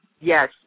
yes